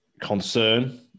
concern